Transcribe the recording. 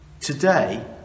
today